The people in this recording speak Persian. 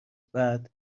بعد